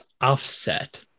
offset